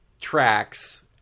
tracks